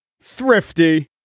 thrifty